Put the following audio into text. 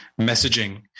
messaging